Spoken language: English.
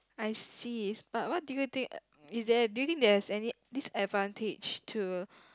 I see but what do you think is there do you think there is any disadvantage to